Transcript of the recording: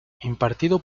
impartido